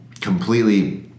completely